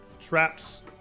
traps